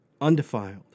undefiled